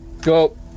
go